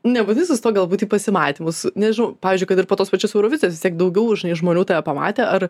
nebūtinai susituokt galbūt į pasimatymus nežinau pavyzdžiui kad ir po tos pačios eurovizijos vis tiek daugiau žinai žmonių tave pamatė ar